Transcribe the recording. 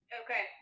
okay